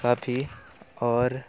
काफी आओर